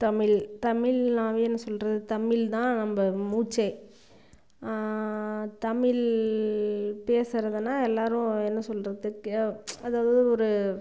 தமிழ் தமிழ்னாவே என்ன சொல்வது தமிழ் தான் நம்ம மூச்சே தமிழ் பேசுகிறதுனா எல்லாேரும் என்ன சொல்கிறதுக்கு அதாவது ஒரு